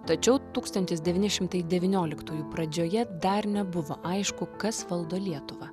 tačiau tūkstantis devyni šimtai devynioliktųjų pradžioje dar nebuvo aišku kas valdo lietuvą